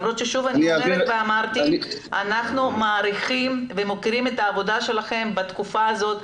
אמרתי שאנחנו מעריכים ומוקירים את העבודה שלכם בתקופה הזאת.